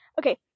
Okay